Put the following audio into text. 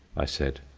i said.